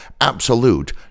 absolute